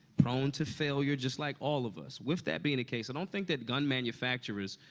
prone to failure just like all of us. with that being the case, i don't think that gun manufacturers,